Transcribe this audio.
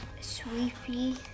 Sweepy